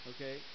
Okay